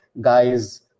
guys